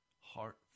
heart